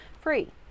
free